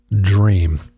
dream